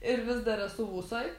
ir vis dar esu vusoj